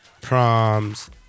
proms